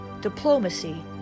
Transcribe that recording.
diplomacy